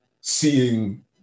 seeing